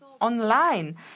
online